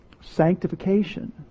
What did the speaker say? sanctification